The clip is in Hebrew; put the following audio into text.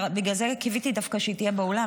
ובגלל זה קיוויתי דווקא שהיא תהיה באולם,